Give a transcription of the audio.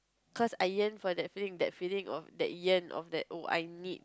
cause I yearn for that feeling that feeling of that yearn of that oh I need